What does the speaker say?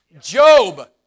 Job